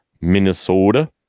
Minnesota